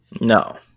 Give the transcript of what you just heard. no